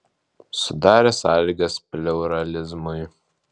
sudarė sąlygas pliuralizmui